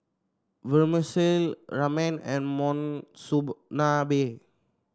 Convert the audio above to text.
Vermicelli Ramen and Monsunabe